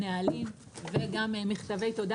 נהלים וגם מכתבי תודה,